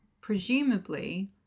presumably